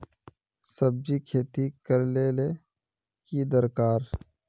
सब्जी खेती करले ले की दरकार?